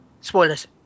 Spoilers